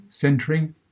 centering